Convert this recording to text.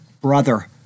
brother